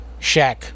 Shaq